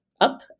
up